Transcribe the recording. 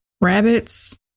rabbits